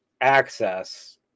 access